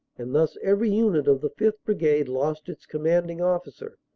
and thus every unit of the fifth. brigade lost its commanding officer,